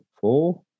Four